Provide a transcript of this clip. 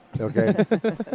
Okay